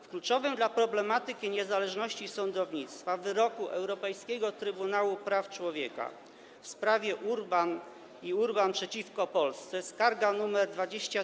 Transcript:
W kluczowym dla problematyki niezależności sądownictwa wyroku Europejskiego Trybunału Praw Człowieka w sprawie Urban i Urban przeciwko Polsce, skarga nr 23614/08,